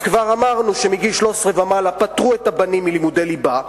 אז כבר אמרנו שמגיל 13 ומעלה פטרו את הבנים מלימודי ליבה,